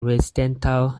residential